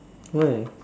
why